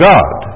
God